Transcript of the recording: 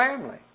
family